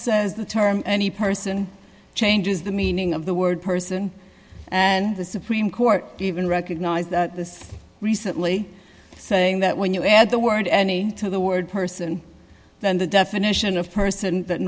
says the term any person changes the meaning of the word person and the supreme court even recognized this recently saying that when you add the word any to the word person then the definition of person that